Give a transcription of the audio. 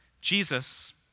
Jesus